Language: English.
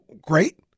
great